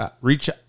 reach